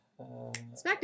Smackdown